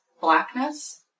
blackness